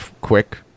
quick